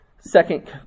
Second